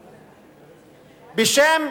בשם: